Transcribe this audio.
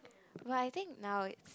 but I think now